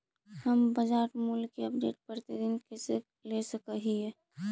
हम बाजार मूल्य के अपडेट, प्रतिदिन कैसे ले सक हिय?